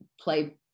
play